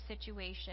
situation